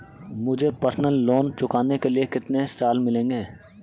मुझे personal loan चुकाने के लिए कितने साल मिलेंगे?